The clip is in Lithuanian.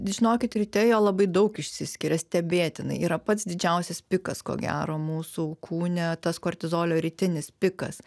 žinokit ryte jo labai daug išsiskiria stebėtinai yra pats didžiausias pikas ko gero mūsų kūne tas kortizolio rytinis pikas